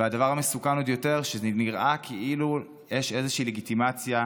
והדבר המסוכן עוד יותר הוא שזה נראה כאילו יש איזושהי לגיטימציה,